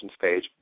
page